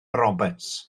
roberts